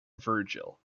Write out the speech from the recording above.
virgil